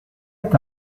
est